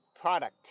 product